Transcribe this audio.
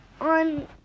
on